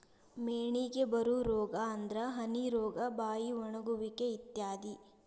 ಮೇನಿಗೆ ಬರು ರೋಗಾ ಅಂದ್ರ ಹನಿ ರೋಗಾ, ಬಾಯಿ ಒಣಗುವಿಕೆ ಇತ್ಯಾದಿ